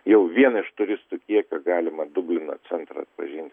jau vien iš turistų kiekio galima dublino centrą atpažinti